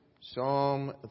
Psalm